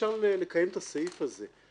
אפשר לקיים את הסעיף הזה.